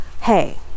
hey